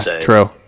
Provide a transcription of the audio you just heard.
true